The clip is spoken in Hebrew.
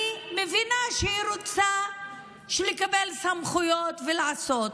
אני מבינה שהיא רוצה לקבל סמכויות ולעשות,